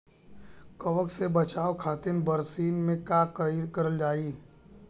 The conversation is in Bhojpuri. कवक से बचावे खातिन बरसीन मे का करल जाई?